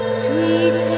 sweet